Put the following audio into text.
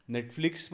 Netflix